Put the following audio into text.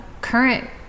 current